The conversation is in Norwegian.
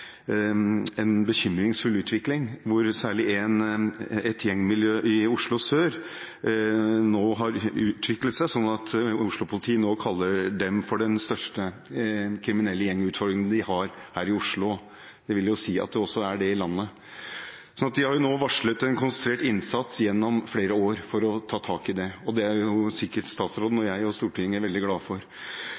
en bekymringsfull utvikling, der særlig et gjengmiljø i Oslo sør nå har utviklet seg slik at Oslo-politiet kaller det for den største kriminelle gjengutfordringen vi har her i Oslo – jeg vil si også i landet. De har nå varslet en konsentrert innsats gjennom flere år for å ta tak i det, og det er sikkert både statsråden, Stortinget og jeg veldig glade for.